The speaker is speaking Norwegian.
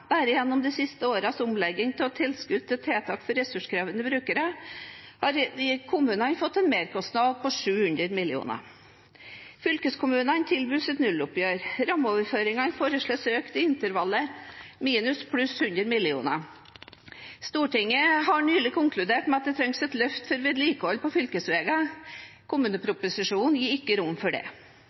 Bare gjennom de siste årenes omlegging av tilskuddet til tiltak for ressurskrevende brukere har kommunene fått en merkostnad på 700 mill. kr. Fylkeskommunene tilbys et nulloppgjør. Rammeoverføringene foreslås økt i intervallet minus/pluss 100 mill. kr. Stortinget har nylig konkludert med at det trengs et løft for vedlikeholdet på fylkesveiene. Kommuneproposisjonen gir ikke rom for det.